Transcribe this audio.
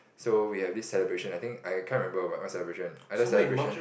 so we have this celebration I think I can't remember what what celebration either celebration